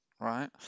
right